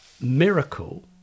miracle